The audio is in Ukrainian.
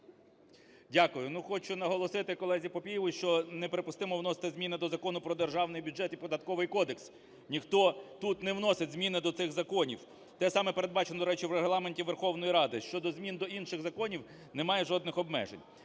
Дякую. Ну, хочу наголосити колезі Папієву, що неприпустимо вносити зміни до Закону про державний бюджет і Податковий кодекс, ніхто тут не вносить зміни до цих законів. Те саме передбачено, до речі, в Регламенті Верховної Ради. Щодо змін до інших законів – немає жодних обмежень.